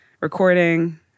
recording